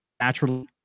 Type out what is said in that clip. naturally